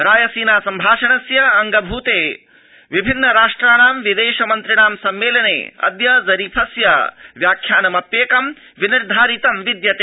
रायसीना संभाषणस्याङ्गभूते विभिन्न राष्ट्राणां विदेश मन्त्रिणां सम्मेलने अद्य ज़रीफस्य व्याख्यानमप्येकं विनिर्धारित ं विद्यते